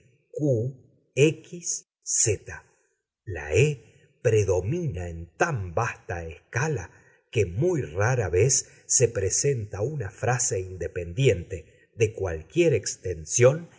x z la e predomina en tan vasta escala que muy rara vez se presenta una frase independiente de cualquiera extensión